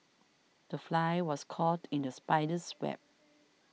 the fly was caught in the spider's web